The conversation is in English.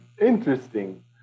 interesting